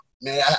man